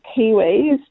Kiwis